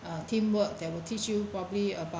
a teamwork that will teach you probably about